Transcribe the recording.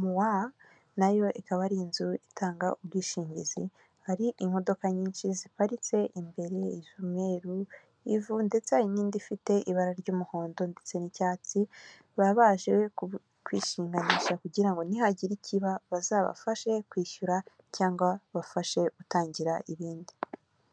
muwa nayo ikaba ari inzu itanga ubwishingizi, hari imodoka nyinshi ziparitse imbere z'umweru, ivu ndetse hari n'indi ifite ibara ry'umuhondo ndetse n'icyatsi, baba baje ku kwishinganisha kugira nihagira ikiba bazabafashe kwishyura cyangwa bafashe gutangira ibindi.